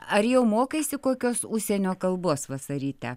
ar jau mokaisi kokios užsienio kalbos vasarite